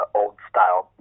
old-style